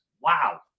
wow